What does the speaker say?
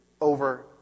over